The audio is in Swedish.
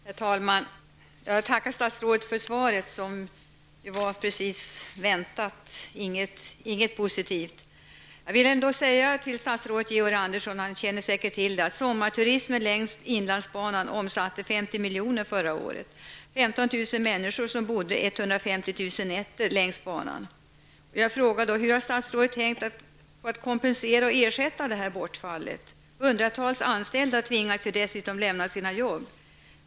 Herr talman! Jag tackar statsrådet för svaret, som var precis det väntade, det innehöll inget positivt. Statsrådet Georg Andersson känner säkert till att sommarturismen längs inlandsbanan förra året omsatte 50 miljoner. 15 000 människor bodde 150 000 nätter längs banan. Hur har statsrådet tänkt kompensera och ersätta det bortfallet? Hundratals anställda tvingas dessutom lämna sina jobb.